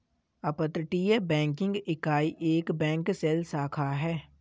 अपतटीय बैंकिंग इकाई एक बैंक शेल शाखा है